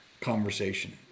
conversation